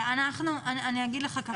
אני מודה על הדיון הזה, דיון חשוב.